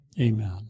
Amen